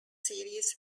series